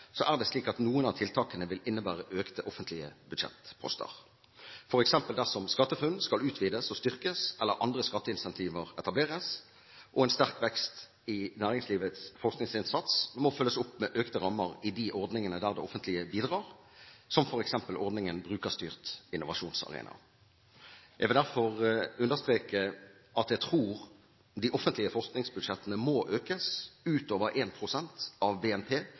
er det slik at noen av tiltakene vil innebære økte offentlige budsjettposter, f.eks. dersom SkatteFUNN skal utvides og styrkes eller andre skatteincentiver etableres. En sterk vekst i næringslivets forskningsinnsats må følges opp med økte rammer i de ordningene der det offentlige bidrar, som f.eks. ordningen Brukerstyrt innovasjonsarena. Jeg vil derfor understreke at jeg tror de offentlige forskningsbudsjettene må økes utover 1 pst. av BNP